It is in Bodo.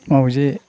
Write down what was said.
माउजि